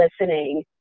listening